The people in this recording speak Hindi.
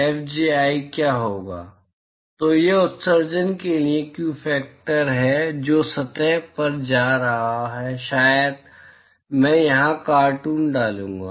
Fji क्या होगा तो यह उत्सर्जन के लिए व्यू फैक्टर है जो सतह पर जा रहा है शायद मैं यहां कार्टून डालूंगा